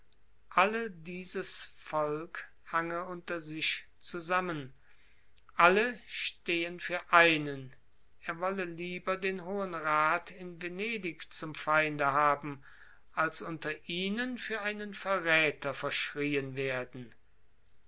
alle dieses volk hange unter sich zusammen alle stehen für einen er wolle lieber den hohen rat in venedig zum feinde haben als unter ihnen für einen verräter verschrieen werden